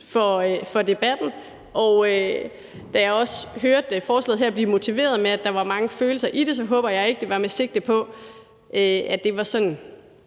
for debatten. Da jeg også hørte forslaget her blive motiveret med, at der var mange følelser ved det, så håber jeg ikke, at det var med sigte på, at det var sådan,